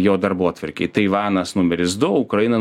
jo darbotvarkėj taivanas numeris du ukraina